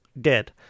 dead